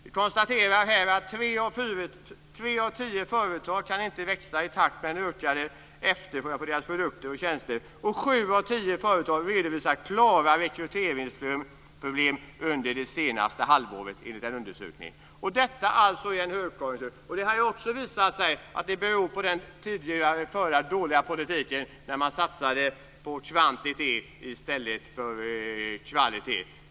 Man konstaterar här att tre av tio företag inte kan växa i takt med den ökade efterfrågan på deras produkter och tjänster, och sju av tio företag redovisar klara rekryteringsproblem under det senaste halvåret enligt en undersökning. Detta alltså i en högkonjunktur! Det har visat sig att det beror på den tidigare förda dåliga politiken, där man satsade på kvantitet i stället för på kvalitet.